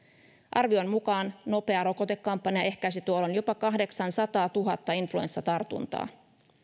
arvion mukaan nopea rokotekampanja ehkäisi tuolloin jopa kahdeksansataatuhatta influenssatartuntaa